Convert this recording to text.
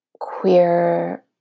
queer